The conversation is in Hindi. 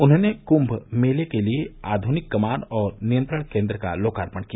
उन्होंने कुंभ मेले के लिए आध्निक कमान और नियंत्रण केन्द्र का लोकार्पण किया